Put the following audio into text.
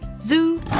zoo